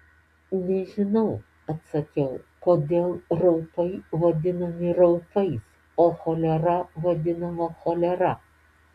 nežinau atsakiau kodėl raupai vadinami raupais o cholera vadinama cholera